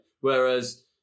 Whereas